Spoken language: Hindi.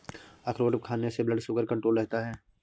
अखरोट खाने से ब्लड शुगर कण्ट्रोल रहता है